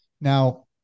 Now